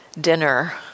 dinner